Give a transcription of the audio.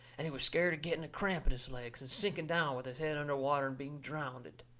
and he was scared of getting a cramp in his legs, and sinking down with his head under water and being drownded.